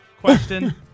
question